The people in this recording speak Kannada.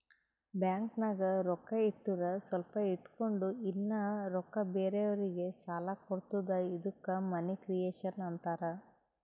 ಬ್ಯಾಂಕ್ನಾಗ್ ರೊಕ್ಕಾ ಇಟ್ಟುರ್ ಸ್ವಲ್ಪ ಇಟ್ಗೊಂಡ್ ಇನ್ನಾ ರೊಕ್ಕಾ ಬೇರೆಯವ್ರಿಗಿ ಸಾಲ ಕೊಡ್ತುದ ಇದ್ದುಕ್ ಮನಿ ಕ್ರಿಯೇಷನ್ ಆಂತಾರ್